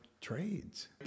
trades